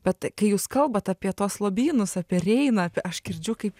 bet kai jūs kalbat apie tuos lobynus apie reiną aš girdžiu kaip